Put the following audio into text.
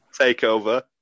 Takeover